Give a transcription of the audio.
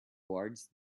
guards